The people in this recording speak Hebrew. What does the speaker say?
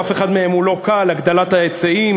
אף אחד מהם אינו קל: הגדלת ההיצעים,